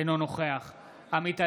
אינו נוכח עמית הלוי,